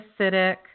acidic